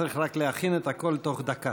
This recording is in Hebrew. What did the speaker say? צריך רק להכין הכול תוך דקה.